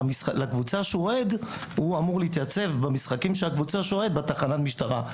הוא אמור להתייצב במשחקים של הקבוצה שהוא אוהד בתחנת המשטרה.